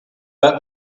that